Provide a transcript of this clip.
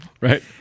Right